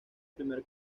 primer